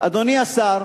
אדוני השר,